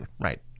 Right